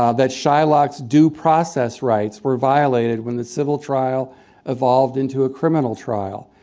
ah that shylock's due process rights were violated when the civil trial evolved into a criminal trial.